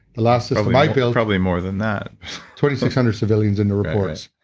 the last system i built probably more than that twenty-six hundred civilians in the reports.